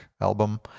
album